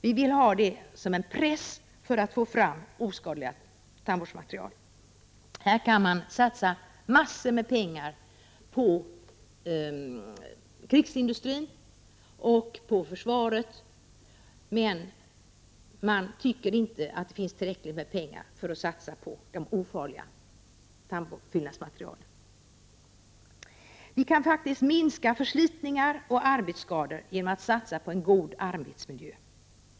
Vi vill ha det som en press för att få fram oskadliga tandmaterial. Det är tydligen möjligt att satsa massor med pengar på krigsindustri och på försvaret, men det tycks inte finnas tillräckligt med pengar för ofarliga tandfyllnadsmaterial. Vi kan minska förslitningarna och arbetsskadorna genom satsning på god arbetsmiljö.